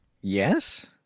Yes